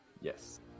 Yes